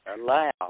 allow